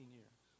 years